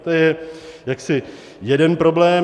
To je jaksi jeden problém.